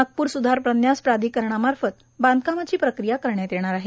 नागप्र सुधार प्रन्यास प्राधिकरणामार्फत बांधकामाची प्रक्रिया करण्यात येणार आहे